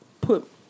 put